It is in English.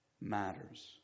matters